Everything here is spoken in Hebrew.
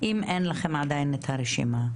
אם אין לכם עדיין את הרשימה?